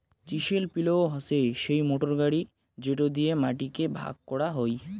chisel পিলও হসে সেই মোটর গাড়ি যেটো দিয়ে মাটি কে ভাগ করাং হই